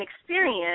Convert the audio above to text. experience